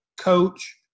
coach